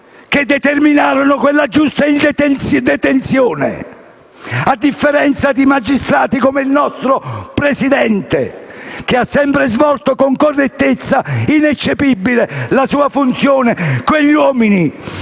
che determinarono quella ingiusta detenzione, a differenza di magistrati come il nostro Presidente, che ha sempre svolto con correttezza ineccepibile la sua funzione, quegli uomini,